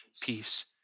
peace